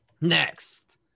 Next